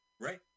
Right